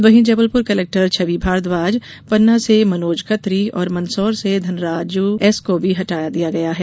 वहीं जबलपुर कलेक्टर छवि भारद्वाज पन्ना से मनोज खत्री और मंदसौर से धनराजू एस को भी हटा दिया गया है